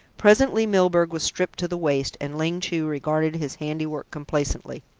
presently milburgh was stripped to the waist, and ling chu regarded his handiwork complacently.